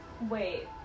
Wait